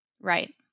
Right